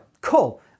cool